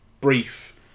brief